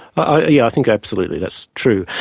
i yeah think absolutely that's true.